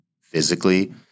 physically